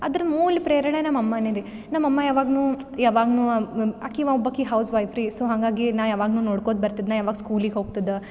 ಅದ್ರ ಮೂಲ ಪ್ರೇರಣೆ ನಮ್ಮ ಅಮ್ಮನೇ ರೀ ನಮ್ಮಮ್ಮ ಯಾವಾಗ್ಲೂ ಯಾವಾಗ್ಲೂ ಆಕೆ ಒಬ್ಬಾಕೆ ಹೌಸ್ ವೈಫ್ ರೀ ಸೊ ಹಂಗಾಗಿ ನಾ ಯಾವಾಗ್ಲೂ ನೋಡ್ಕೋಳ್ತ ಬರ್ತಿದ್ದೆ ನಾ ಯಾವಾಗ ಸ್ಕೂಲಿಗೆ ಹೋಗ್ತಿದ್ದೆ